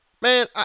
Man